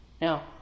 Now